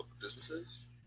businesses